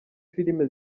filime